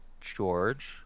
george